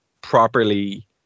properly